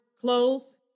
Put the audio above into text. close